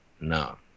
No